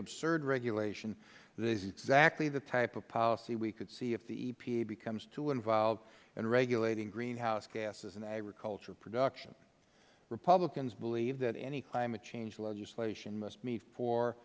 absurd regulation that is exactly the type of policy we could see if the epa becomes too involved in regulating greenhouse gases and agriculture production republicans believe that any climate change legislation must meet fo